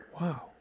Wow